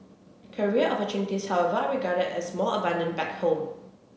career opportunities however are regarded as more abundant back home